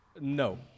no